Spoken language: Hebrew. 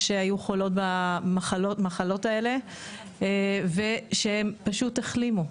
שהיו חולים במחלות האלה והם פשוט החלימו.